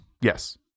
Yes